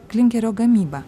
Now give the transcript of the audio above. klinkerio gamyba